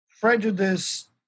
prejudice